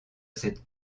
cette